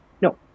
No